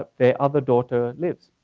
ah their other daughter lives,